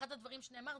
ואחד הדברים שנאמרו